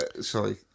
sorry